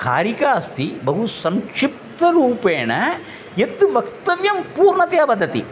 कारिका अस्ति बहु संक्षिप्त रूपेण यत् वक्तव्यं पूर्णतया वदति